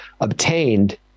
obtained